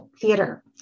Theater